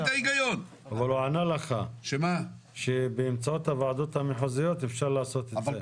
הוא ענה לך - שבאמצעות הוועדות המחוזיות אפשר לעשות את זה.